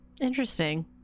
interesting